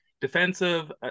defensive